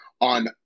on